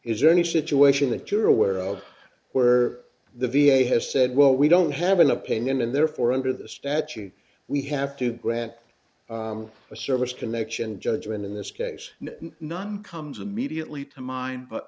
is there any situation that you're aware of where the v a has said well we don't have an opinion and therefore under the statute we have to grant a service connection judgment in this case none comes immediately to mind but